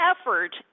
effort